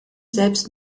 selbst